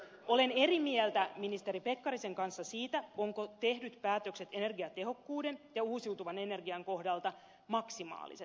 olen eri mieltä ministeri pekkarisen kanssa siitä ovatko tehdyt päätökset energiatehokkuuden ja uusiutuvan energian kohdalta maksimaaliset